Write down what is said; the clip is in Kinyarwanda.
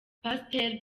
pasiteri